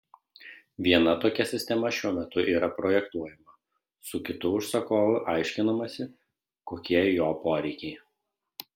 viena tokia sistema šiuo metu yra projektuojama su kitu užsakovu aiškinamasi kokie jo poreikiai